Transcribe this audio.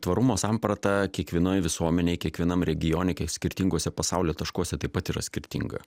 tvarumo samprata kiekvienoj visuomenėj kiekvienam regione skirtinguose pasaulio taškuose taip pat yra skirtinga